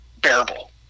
bearable